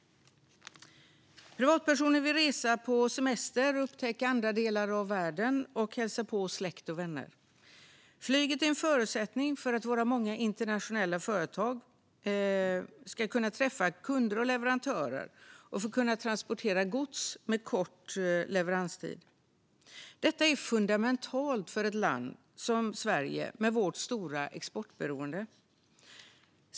Privatpersoner vill resa på semester och upptäcka andra delar av världen och hälsa på släkt och vänner. Flyget är en förutsättning för att våra många internationella företag ska kunna träffa kunder och leverantörer och för att de ska kunna transportera gods med kort leveranstid. Detta är fundamentalt för ett land som Sverige med vårt stora exportberoende.